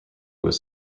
was